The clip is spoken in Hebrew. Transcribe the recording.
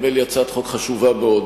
נדמה לי שזו הצעת חוק חשובה מאוד,